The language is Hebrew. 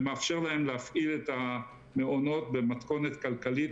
ומאפשר להם להפעיל את המעונות במתכונת כלכלית